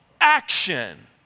action